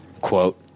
Quote